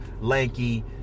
lanky